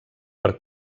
per